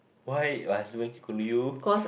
why your husband scold you